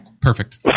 Perfect